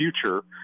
future